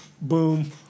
Boom